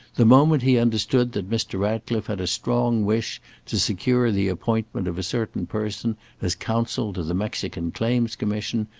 the moment he understood that mr. ratcliffe had a strong wish to secure the appointment of a certain person as counsel to the mexican claims-commission,